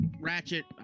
Ratchet